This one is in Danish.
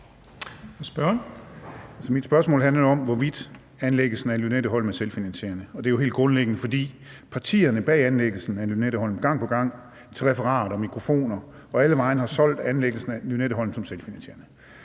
Mit spørgsmål handlede om, hvorvidt anlæggelsen af Lynetteholmen er selvfinansierende, og det er jo helt grundlæggende, fordi partierne bag anlæggelsen af Lynetteholmen gang på gang til referat og til mikrofoner og alle vegne har solgt anlæggelsen af Lynetteholmen som selvfinansierende.